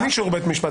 אין אישור בית משפט